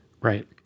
Right